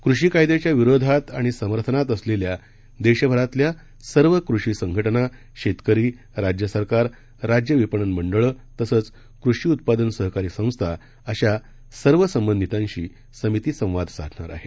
कृषी कायद्याच्या विरोधात आणि समर्थनात असलेल्या देशभरातल्या सर्व कृषी संघटना शेतकरी राज्य सरकार राज्य विपणन मंडळं तसंच कृषी उत्पादन सहकारी संस्था अशा सर्व संबंधितांशी समिती संवाद साधणार आहे